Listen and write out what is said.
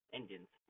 engines